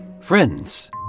Friends